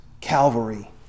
Calvary